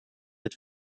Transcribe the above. het